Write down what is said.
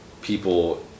people